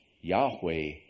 Yahweh